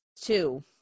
two